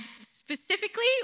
specifically